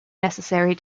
necessary